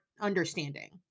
understanding